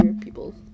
people